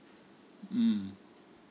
mm